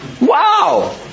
Wow